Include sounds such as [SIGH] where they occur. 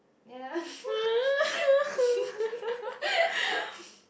ya [LAUGHS]